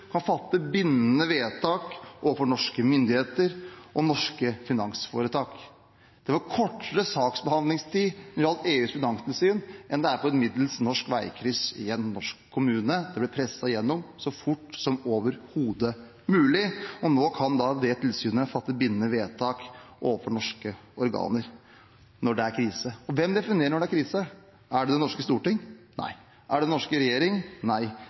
kan fatte bindende vedtak overfor norske myndigheter og norske finansforetak. Det var kortere saksbehandlingstid når det gjelder EUs finanstilsyn, enn det er for et middels norsk veikryss i en norsk kommune. Det ble presset gjennom så fort som overhodet mulig, og nå kan det tilsynet fatte bindende vedtak overfor norske organer når det er krise. Hvem definerer når det er krise? Er det Det norske storting? – Nei. Er det den norske regjering? – Nei.